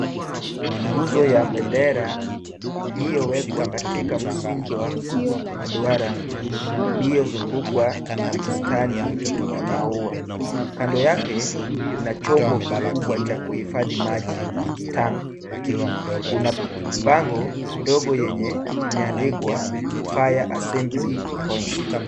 Nguzo ya bendera iliyowekwa katika msingi wa maduara. Uliozungukwa na bustani ya maua. Kando yake kuna chombo kikubwa cha kuhifadhi maji tank . Kuna bango ndogo yenye imeandikwa fire assembly point [cs ].